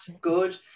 good